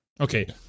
Okay